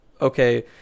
okay